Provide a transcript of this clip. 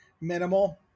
minimal